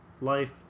life